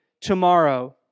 tomorrow